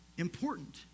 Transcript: important